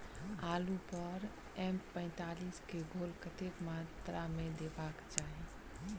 आलु पर एम पैंतालीस केँ घोल कतेक मात्रा मे देबाक चाहि?